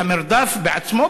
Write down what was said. והמרדף עצמו,